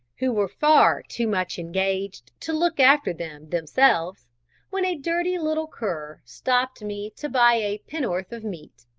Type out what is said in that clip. who were far too much engaged to look after them themselves when a dirty little cur stopped me to buy a penn'orth of meat.